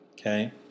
okay